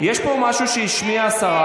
יש פה משהו שהשמיעה השרה,